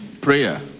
prayer